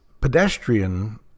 pedestrian